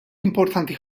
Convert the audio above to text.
importanti